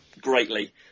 greatly